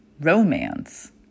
romance